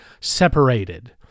separated